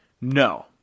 No